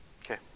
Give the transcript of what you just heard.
Okay